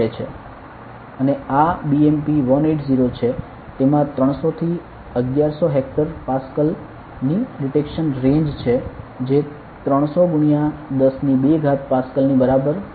અને આ BMP180 છે તેમાં 300 થી 1100 હેક્ટો પાસ્કલ ની ડિટેક્શન રેન્જ છે જે 300 ગુણ્યા 10 ની 2 ઘાત પાસકલ ની બરાબર છે